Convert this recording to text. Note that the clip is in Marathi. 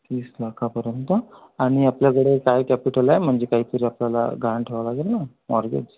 तीस लाखापर्यंत आणि आपल्याकडे काय कॅपिटल आहे म्हणजे काहीतरी आपल्याला गहाण ठेवावं लागेल ना मॉर्गेज